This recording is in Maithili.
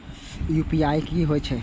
यू.पी.आई की होई छै?